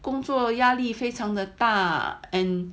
工作压力非常的大 and